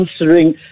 answering